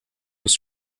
was